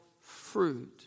fruit